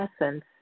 essence